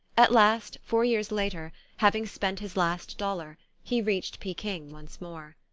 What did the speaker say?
at last, four years later, having spent his last dollar he reached peking once more.